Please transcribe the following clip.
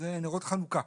זה נרות חנוכה.